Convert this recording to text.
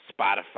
Spotify